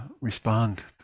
respond